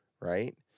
right